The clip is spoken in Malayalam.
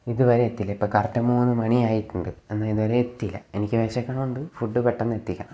ഇതുവരെ എത്തിയില്ല ഇപ്പം കറക്റ്റ് മൂന്നു മണി ആയിട്ടുണ്ട് എന്നാൽ ഇതുവരെ എത്തിയില്ല എനിക്ക് വിശക്കണുണ്ട് ഫുഡ് പെട്ടെന്ന് എത്തിക്കണം